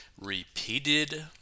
repeated